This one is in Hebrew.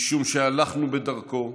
משום שהלכנו בדרכו,